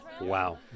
Wow